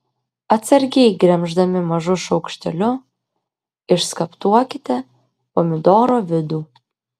atsargiai gremždami mažu šaukšteliu išskaptuokite pomidoro vidų